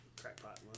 Crackpot